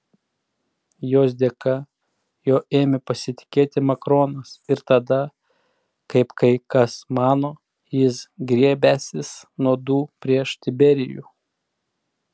jos dėka juo ėmė pasitikėti makronas ir tada kaip kai kas mano jis griebęsis nuodų prieš tiberijų